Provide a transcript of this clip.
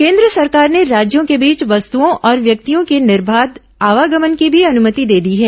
केन्द्र सरकार ने राज्यों के बीच वस्तुओं और व्यक्तियों की निर्बाघ आवागमन की भी अनुमति दे दी है